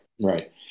Right